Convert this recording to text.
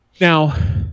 Now